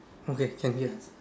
okay can hear